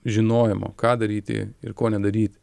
žinojimo ką daryti ir ko nedaryt